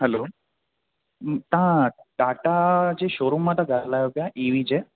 hello तव्हां टाटा जे showroom मां तां ॻाल्हायो पिया ईवी जे